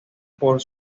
por